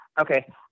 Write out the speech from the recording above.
okay